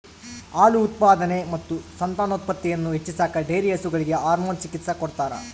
ಹಾಲು ಉತ್ಪಾದನೆ ಮತ್ತು ಸಂತಾನೋತ್ಪತ್ತಿಯನ್ನು ಹೆಚ್ಚಿಸಾಕ ಡೈರಿ ಹಸುಗಳಿಗೆ ಹಾರ್ಮೋನ್ ಚಿಕಿತ್ಸ ಕೊಡ್ತಾರ